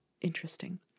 interesting